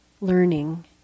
learning